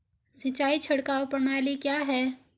सिंचाई छिड़काव प्रणाली क्या है?